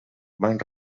van